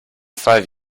five